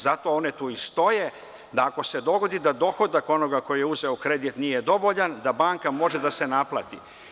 Zato ona i postoje da ako se dogodi da dohodak onoga ko je uzeo kredit nije dovoljan, može da se naplati.